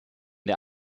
der